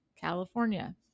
California